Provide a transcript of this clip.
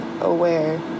aware